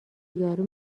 یارو